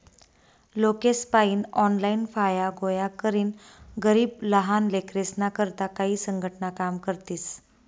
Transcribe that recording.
लोकेसपायीन ऑनलाईन फाया गोया करीन गरीब लहाना लेकरेस्ना करता काई संघटना काम करतीस